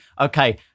okay